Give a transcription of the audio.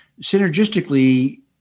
synergistically